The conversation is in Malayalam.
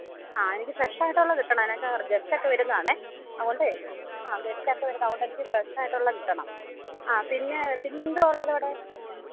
ആ എനിക്ക് ഫ്രഷ് ആയിട്ടുള്ള കിട്ടണം എന്നാച്ച ഗസ്റ്റൊക്കെ വരുന്നതാണ് അതു കൊണ്ട് ആ ഗസ്റ്റൊക്കെ വരുന്നു അതുകൊണ്ട് എനിക്ക് ഫ്രഷ് ആയിട്ടുള്ളത് കിട്ടണം ആ പിന്നെ പിന്നെ എന്തുവാണ് ഉള്ളത് അവിടെ